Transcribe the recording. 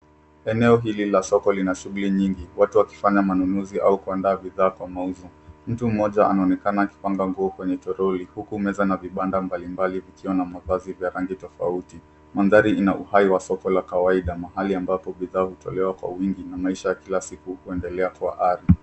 Eneo hili la soko lina shughuli nyingi, watu wakifanya manunuzi au kuandaa bidhaa kwa mauzo. Mtu mmoja anaonekana akipanga nguo kwenye toroli, huku meza na vibanda mbalimbali, vikiwa na mavazi vya rangi tofauti. Mandhari ina uhai wa soko la kawaida, mahali ambapo bidhaa hutolewa kwa wingi, na maisha ya kila siku kuendelea kwa ari.